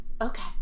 Okay